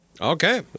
Okay